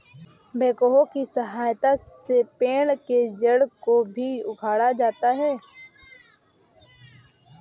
backhoe की सहायता से पेड़ के जड़ को भी उखाड़ा जाता है